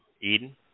Eden